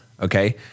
Okay